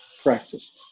practice